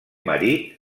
marit